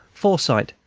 foresight,